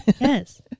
yes